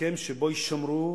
הסכם שבו יישמרו